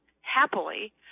happily